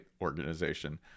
organization